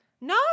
no